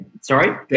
sorry